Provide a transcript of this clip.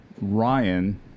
Ryan